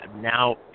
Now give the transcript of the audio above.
Now